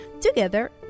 Together